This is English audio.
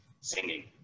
singing